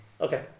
Okay